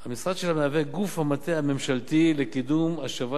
המשרד שלה הוא גוף המטה הממשלתי לקידום השבת